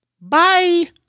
Bye